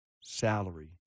salary